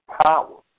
power